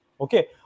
Okay